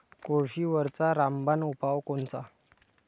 कोळशीवरचा रामबान उपाव कोनचा?